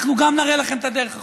אנחנו נראה לכם את הדרך החוצה.